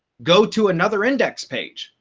go to another index page.